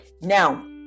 Now